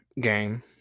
game